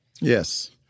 yes